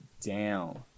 down